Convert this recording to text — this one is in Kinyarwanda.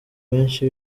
benshi